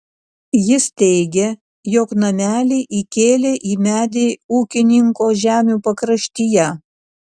jis teigė jog namelį įkėlė į medį ūkininko žemių pakraštyje